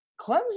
Clemson